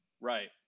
Right